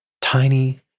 tiny